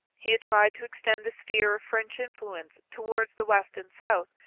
he had tried to extend the sphere of french influence towards the west and south,